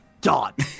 Dot